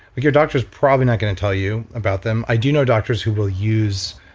but your doctor is probably not going to tell you about them. i do know doctors who will use